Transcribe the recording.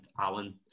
Alan